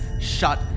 shut